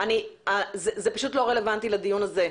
זה פשוט לא רלוונטי לדיון הזה.